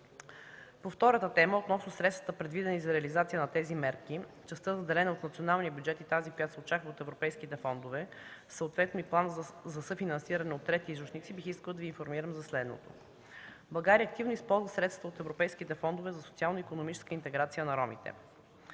По втората тема – относно средствата, предвидени за реализация на тези мерки, частта, заделена от националния бюджет, и тази, която се очаква от европейските фондове, съответно и планове за съфинансиране от трети източници, бих искала да Ви информирам за следното. България активно използва средства от европейските фондове за социално-икономическа интеграция на ромите.